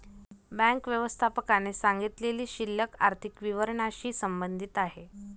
bank व्यवस्थापकाने सांगितलेली शिल्लक आर्थिक विवरणाशी संबंधित आहे